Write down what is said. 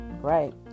Right